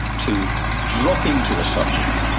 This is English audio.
to drop into a subject,